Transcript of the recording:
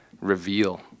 reveal